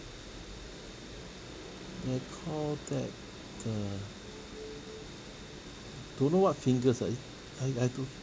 they call that err don't know what fingers ah I I I don't